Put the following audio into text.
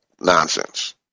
Nonsense